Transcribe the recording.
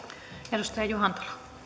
arvoisa rouva